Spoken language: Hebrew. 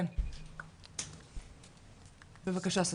בבקשה סוזן.